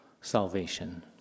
salvation